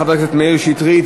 תודה רבה לחבר הכנסת מאיר שטרית.